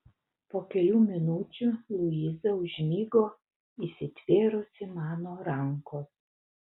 po kelių minučių luiza užmigo įsitvėrusi mano rankos